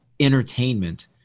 entertainment